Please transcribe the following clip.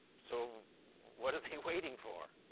so what are they waiting for?